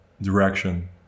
direction